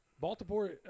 Baltimore